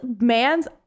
man's